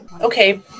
Okay